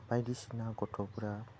बायदिसिना गथ'फोरा